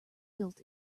built